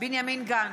בנימין גנץ,